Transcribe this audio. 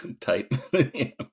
Tight